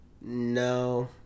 no